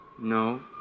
No